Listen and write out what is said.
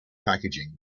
packaging